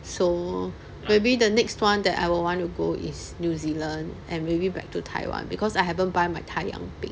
so maybe the next one that I will want to go is new zealand and maybe back to taiwan because I haven't buy my 太阳饼